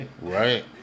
Right